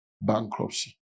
bankruptcy